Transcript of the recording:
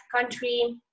country